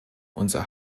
unser